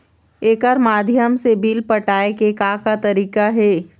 एकर माध्यम से बिल पटाए के का का तरीका हे?